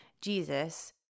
Jesus